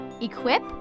equip